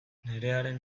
nerearen